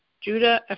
Judah